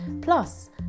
Plus